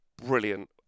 brilliant